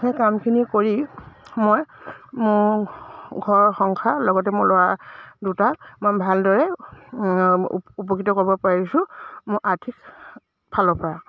সেই কামখিনি কৰি মই মোৰ ঘৰ সংসাৰ লগতে মোৰ ল'ৰা দুটাক মই ভালদৰে উপ উপকৃত কৰিব পাৰিছোঁ মোৰ আৰ্থিক ফালৰ পৰা